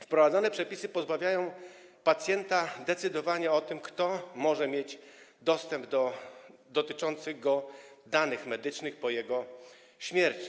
Wprowadzone przepisy pozbawiają pacjenta możliwości decydowania o tym, kto może mieć dostęp do dotyczących go danych medycznych po jego śmierci.